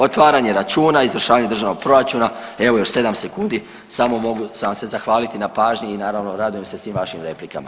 Otvaranje računa, izvršavanje državnog proračuna, evo još 7 sekundi, samo mogu vam se zahvaliti na pažnji i naravno, radujem se svim vašim replikama.